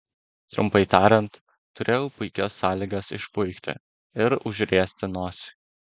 trumpai tariant turėjau puikias sąlygas išpuikti ir užriesti nosį